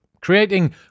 Creating